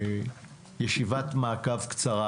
ישיבת מעקב קצרה,